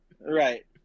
Right